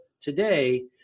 today